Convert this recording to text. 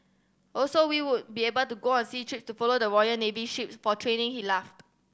also we would be able to go on sea trips to follow the Royal Navy ships for training he laughed